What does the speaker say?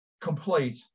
complete